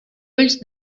ulls